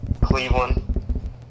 Cleveland